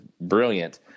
brilliant